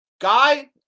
Guy